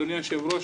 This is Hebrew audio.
אדוני היושב-ראש,